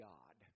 God